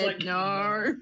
no